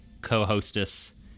co-hostess